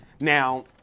Now